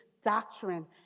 doctrine